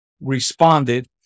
responded